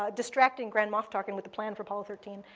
ah distracting grand moff tarkin with the plan for apollo thirteen,